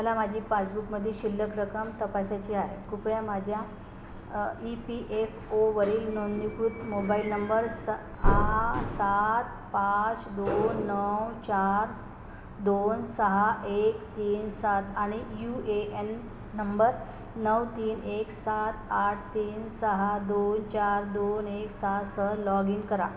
मला माझी पासबुक मधील शिल्लक रकम तपासायची आहे कृपया माझ्या ई पी एफ ओ वरील नोंदणीकृत मोबाईल नंबर स आ सात पाच दोन नऊ चार दोन सहा एक तीन सात आणि यू ए एन नंबर नऊ तीन एक सात आठ तीन सहा दोन चार दोन एक सहा सह लॉग इन करा